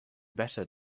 better